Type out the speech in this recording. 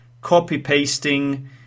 copy-pasting